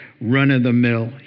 run-of-the-mill